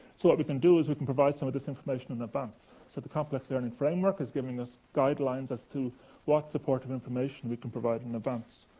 so what we can do is we can provide some of this information in advance. so the complex learning framework is giving us guidelines as to what supportive information we can provide in advance.